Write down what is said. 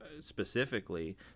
specifically